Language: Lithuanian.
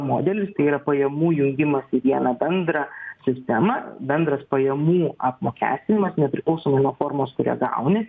modelis tai yra pajamų jungimas į vieną bendrą sistemą bendras pajamų apmokestinimas nepriklausomai nuo formos kuria gauni